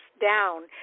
down